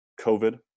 covid